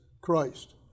Christ